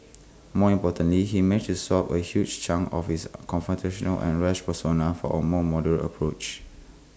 more importantly he managed to swap A huge chunk of his confrontational and rash persona for A more moderate approach